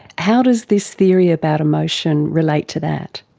how does this theory about emotion relate to that?